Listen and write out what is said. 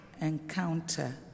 encounter